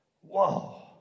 Whoa